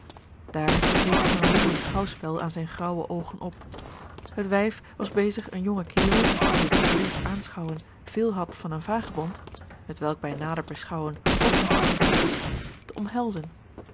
daar deed zich een roerend schouwspel aan zijne graauwe oogen op het wijf was bezig een jongen kerel die op het eerst aanschouwen veel had van een vagebond hetwelk bij nader beschouwen ook nog het geval was te omhelzen